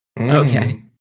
okay